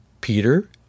Peter